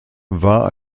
war